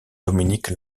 dominique